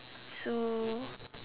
so